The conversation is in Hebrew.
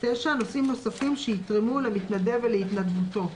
נושאים נוספים שיתרמו למתנדב ולהתנדבותו.